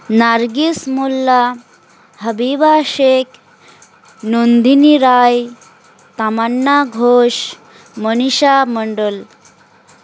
Nargis Malla Habiba Sheikh Nandini Roy Tamanna Ghosh Manisha Mondal